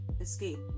Escape